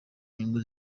nyungu